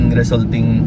resulting